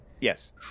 Yes